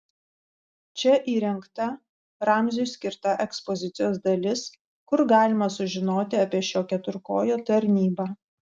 čia įrengta ramziui skirta ekspozicijos dalis kur galima sužinoti apie šio keturkojo tarnybą